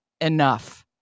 Enough